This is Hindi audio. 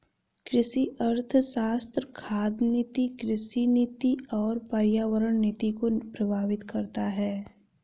कृषि अर्थशास्त्र खाद्य नीति, कृषि नीति और पर्यावरण नीति को प्रभावित करता है